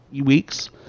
weeks